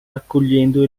raccogliendo